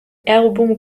album